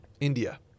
India